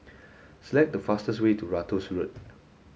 select the fastest way to Ratus Road